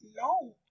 No